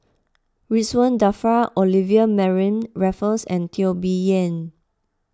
Ridzwan Dzafir Olivia Mariamne Raffles and Teo Bee Yen